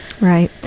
Right